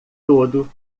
todo